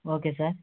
okay sir